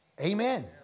Amen